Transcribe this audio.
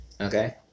okay